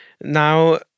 now